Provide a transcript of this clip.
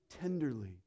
tenderly